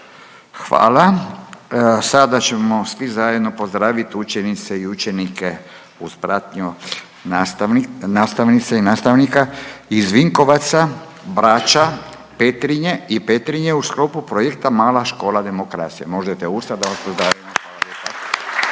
Hvala. Sada ćemo svi zajedno pozdravit učenice i učenike uz pratnju nastavni…, nastavnica i nastavnika iz Vinkovaca, Braća Petrinje i Petrinje u sklopu projekta Mala škola demokracije. Možete ustat da vas pozdravimo, hvala